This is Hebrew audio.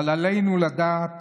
אבל עלינו לדעת